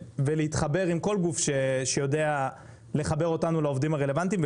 ולהתחבר עם כל גוף שיודע לחבר אותנו לעובדים הרלבנטיים,